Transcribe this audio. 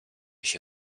się